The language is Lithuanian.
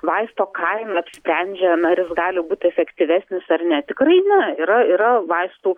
vaisto kaina apsprendžia na ar jis gali būt efektyvesnis ar ne tikrai ne yra yra vaistų